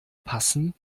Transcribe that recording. passen